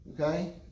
okay